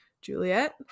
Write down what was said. Juliet